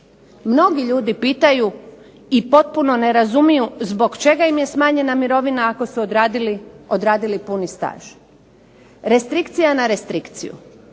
Mnogi ljudi pitaju i potpuno ne razumiju zbog čega im je smanjena mirovina ako su odradili puni staž. Restrikcija na restrikciju.